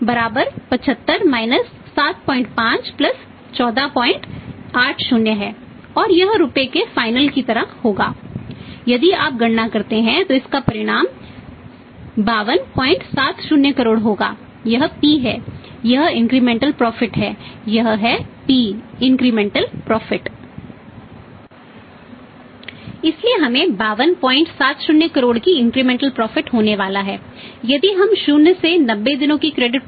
और फिर 90 क्रेडिट